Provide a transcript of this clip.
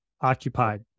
occupied